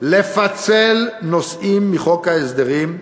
לפצל נושאים מחוק ההסדרים.